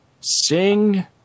sing